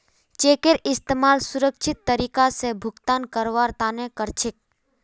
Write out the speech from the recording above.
चेकेर इस्तमाल सुरक्षित तरीका स भुगतान करवार तने कर छेक